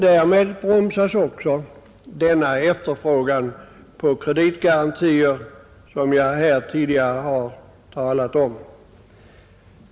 Därmed bromsas också den efterfrågan på kreditgarantier som jag redan har talat om.